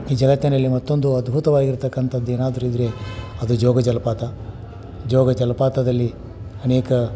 ಈ ಜಗತ್ತಿನಲ್ಲಿ ಮತ್ತೊಂದು ಅದ್ಭುತವಾಗಿರ್ತಕ್ಕಂಥದ್ದು ಏನಾದ್ರೂ ಇದ್ದರೆ ಅದು ಜೋಗ ಜಲಪಾತ ಜೋಗ ಜಲಪಾತದಲ್ಲಿ ಅನೇಕ